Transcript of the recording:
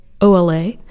OLA